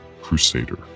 Crusader